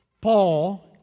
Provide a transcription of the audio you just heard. Paul